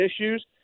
issues